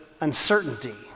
uncertainty